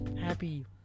Happy